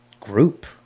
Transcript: group